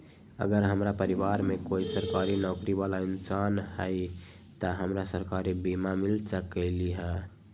अगर हमरा परिवार में कोई सरकारी नौकरी बाला इंसान हई त हमरा सरकारी बीमा मिल सकलई ह?